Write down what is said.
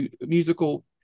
musical